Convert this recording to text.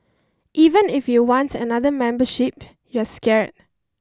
even if you want another membership you're scared